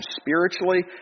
spiritually